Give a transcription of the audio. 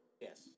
yes